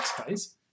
space